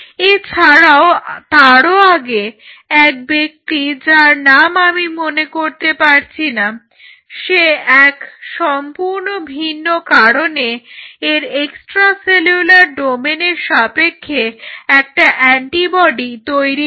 এছাড়াও তারও আগে এক ব্যক্তি যার নাম আমি মনে করতে পারছি না সে এক সম্পূর্ণ ভিন্ন কারণে এর এক্সট্রা সেলুলার ডোমেনের সাপেক্ষে একটা অ্যান্টিবডি তৈরি করে